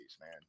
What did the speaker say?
man